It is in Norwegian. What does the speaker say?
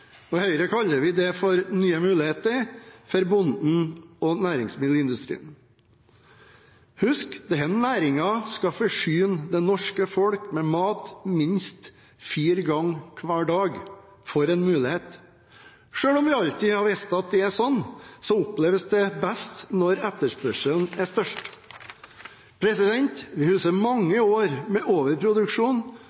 I Høyre kaller vi det nye muligheter for bonden og næringsmiddelindustrien. Husk at denne næringen skal forsyne det norske folk med mat minst fire ganger hver dag. For en mulighet! Selv om vi alltid har visst at det er slik, oppleves det best når etterspørselen er størst. Vi husker mange